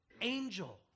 angel